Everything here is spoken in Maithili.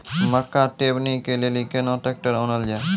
मक्का टेबनी के लेली केना ट्रैक्टर ओनल जाय?